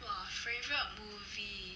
!wah! favorite movie